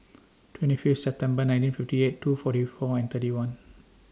twenty Fifth September nineteen fifty eight two forty four and thirty one